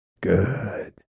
Good